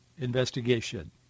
investigation